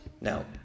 Now